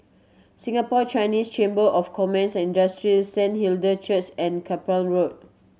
Singapore Chinese Chamber of Commerce Industry Saint Hilda Church and Carpmael Road